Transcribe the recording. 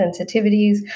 sensitivities